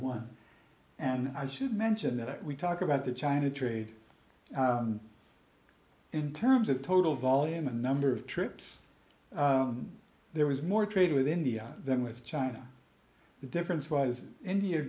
one and i should mention that we talk about the china trade in terms of total volume and number of trips there was more trade with india than with china the difference was india